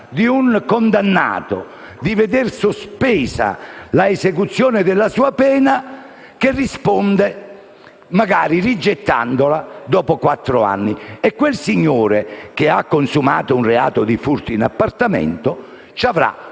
di un condannato di vedere sospesa l'esecuzione della pena comminatagli, risponde magari rigettandola dopo quattro anni. Quel signore, che ha consumato il reato di furto in appartamento, avrà